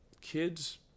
kids